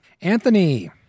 Anthony